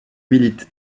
milite